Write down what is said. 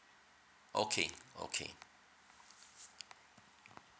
okay okay